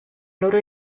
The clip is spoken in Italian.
loro